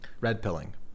Red-pilling